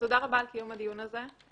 תודה רבה על קיום הדיון הזה.